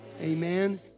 amen